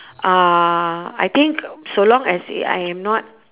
uh I think so long as I am not